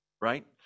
right